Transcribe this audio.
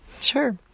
Sure